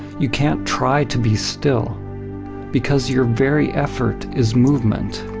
you can't try to be still because your very effort is movement.